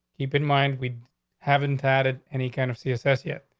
keep in mind we haven't added any kind of c s s yet.